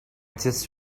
just